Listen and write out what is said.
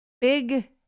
Big